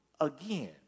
again